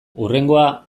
hurrengoa